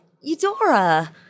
Eudora